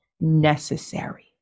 necessary